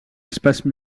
espace